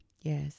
Yes